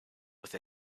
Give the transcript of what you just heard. with